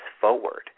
forward